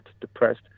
depressed